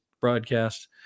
broadcast